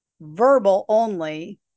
verbal-only